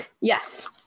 Yes